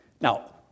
Now